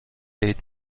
عید